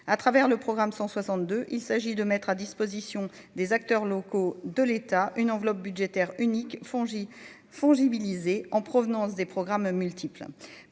à travers le programme 162, il s'agit de mettre à disposition des acteurs locaux de l'État une enveloppe budgétaire unique fond J. fongibilité en provenance des programmes multiple,